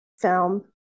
film